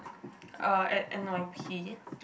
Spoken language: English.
uh at n_y_p